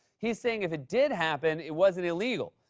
he's saying if it did happen, it wasn't illegal.